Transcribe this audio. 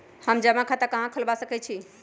हम जमा खाता कहां खुलवा सकई छी?